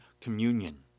communion